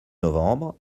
novembre